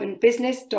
business